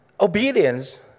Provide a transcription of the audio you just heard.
obedience